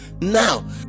now